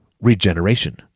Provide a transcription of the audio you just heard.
regeneration